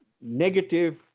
negative